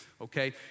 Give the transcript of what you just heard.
okay